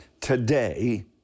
Today